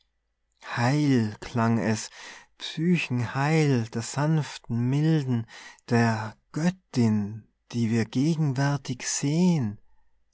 klang es psyche'n heil der sanften milden der göttin die wir gegenwärtig sehn